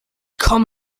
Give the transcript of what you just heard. komm